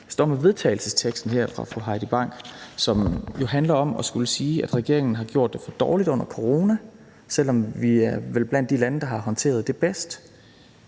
Jeg står her med vedtagelsesteksten fra fru Heidi Bank, som handler om, at regeringen har gjort det for dårligt under coronaen, selv om vi vel er blandt de lande, der har håndteret det bedst;